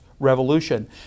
Revolution